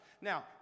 Now